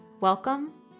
Welcome